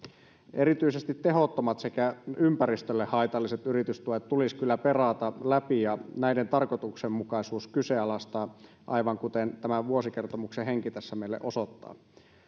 erityisesti tehottomat sekä ympäristölle haitalliset yritystuet tulisi perata läpi ja näiden tarkoituksenmukaisuus kyseenalaistaa aivan kuten tämän vuosikertomuksen henki tässä meille osoittaa